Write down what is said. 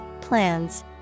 plans